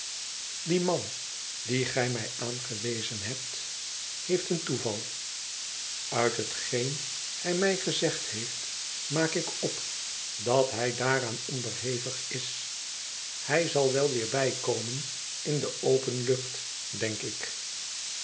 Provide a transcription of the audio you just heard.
die man dien gij mij aangewezen hebt heeft een toeval uit hetgeen hij mij gezegd heeft maak ik op dat hij daaraan onderhevig is hij zal wel weer bijkomen in de open lucht denk ik